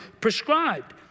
prescribed